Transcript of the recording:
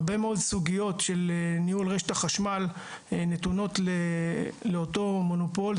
הרבה מאוד סוגיות של ניהול רשת החשמל נתונות לאותו מונופול,